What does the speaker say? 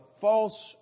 false